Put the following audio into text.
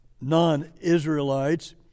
non-Israelites